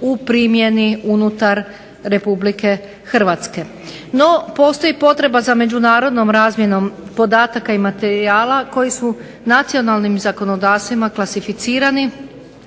u primjeni unutar Republike Hrvatske. No, postoji potreba za međunarodnom razmjenom podataka i materijala koje su nacionalnim zakonodavstvima klasificiranim